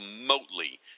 remotely